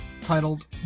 titled